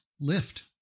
lift